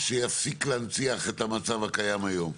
,שיפסיק להנציח את המצב הקיים היום?